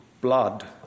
blood